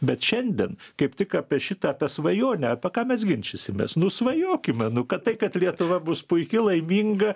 bet šiandien kaip tik apie šitą apie svajonę apie ką mes ginčysimės nu svajokime nu kad tai kad lietuva bus puiki laiminga